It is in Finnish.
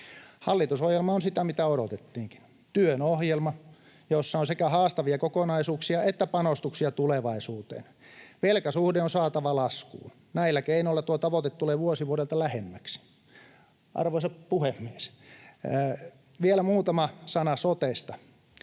Hallitusohjelma on sitä, mitä odotettiinkin: työn ohjelma, jossa on sekä haastavia kokonaisuuksia että panostuksia tulevaisuuteen. Velkasuhde on saatava laskuun. Näillä keinoilla tuo tavoite tulee vuosi vuodelta lähemmäksi. Arvoisa puhemies! Vielä muutama sana sotesta.